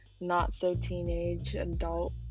not-so-teenage-adult